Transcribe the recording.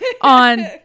on